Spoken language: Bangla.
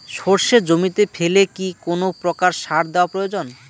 সর্ষে জমিতে ফেলে কি কোন প্রকার সার দেওয়া প্রয়োজন?